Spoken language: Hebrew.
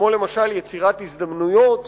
כמו יצירת הזדמנויות